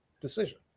decision